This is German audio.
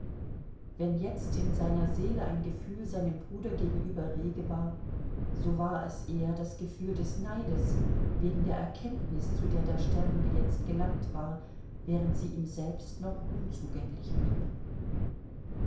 wenn jetzt in seiner seele ein gefühl seinem bruder gegenüber rege war so war es eher das gefühl des neides wegen der erkenntnis zu der der sterbende jetzt gelangt war während sie ihm selbst noch unzugänglich blieb